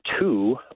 two